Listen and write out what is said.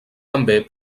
també